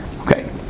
Okay